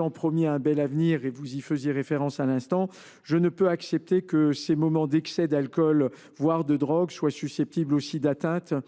personne promise à un bel avenir, à laquelle vous faisiez référence à l’instant, je ne peux accepter que ces moments d’excès d’alcool, voire de drogue, soient susceptibles de donner